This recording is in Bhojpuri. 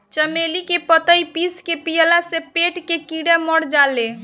चमेली के पतइ पीस के पियला से पेट के कीड़ा मर जाले